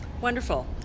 Wonderful